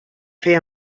fer